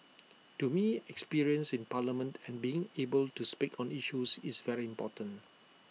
to me experience in parliament and being able to speak on issues is very important